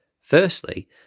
Firstly